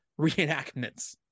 reenactments